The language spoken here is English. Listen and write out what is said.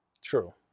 True